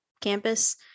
campus